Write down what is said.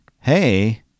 Hey